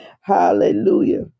Hallelujah